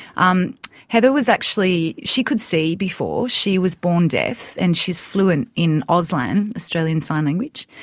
um heather was actually, she could see before she was born deaf and she's fluent in auslan, australian sign language,